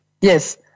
Yes